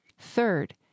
Third